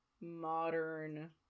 modern